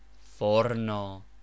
Forno